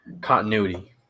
continuity